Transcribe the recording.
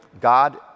God